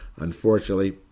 unfortunately